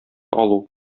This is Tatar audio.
алу